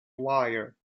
wire